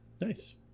Nice